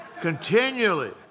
Continually